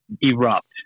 erupt